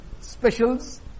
specials